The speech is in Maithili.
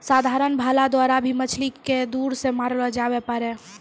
साधारण भाला द्वारा भी मछली के दूर से मारलो जावै पारै